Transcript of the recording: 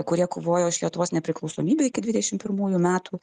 kurie kovojo už lietuvos nepriklausomybę iki dvidešimt pirmųjų metų